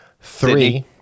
Three